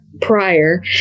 prior